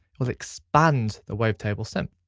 we'll expand the wave table sim.